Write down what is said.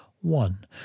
one